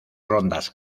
rondas